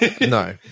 no